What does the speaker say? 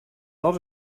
lot